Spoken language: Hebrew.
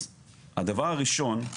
אז הדבר הראשון.